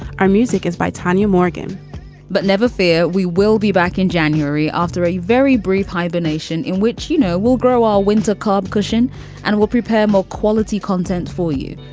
our music is by tanya morgan but never fear we will be back in january after a very brief hibernation in which, you know, we'll grow all winter cob cushion and we'll prepare more quality content for you.